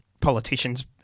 politicians